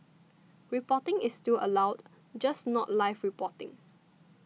reporting is still allowed just not live reporting